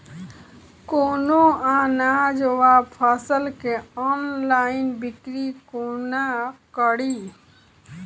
कोनों अनाज वा फसल केँ ऑनलाइन बिक्री कोना कड़ी?